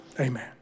Amen